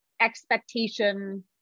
expectation